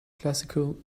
classical